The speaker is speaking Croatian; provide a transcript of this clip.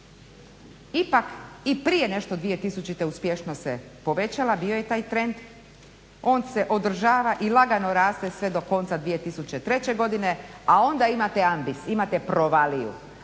ipak i prije nešto 2000. uspješnost se povećala, bio je taj trend, on se održava i lagano raste sve do konca 2003. godine, a onda imate ambis, imate provaliju.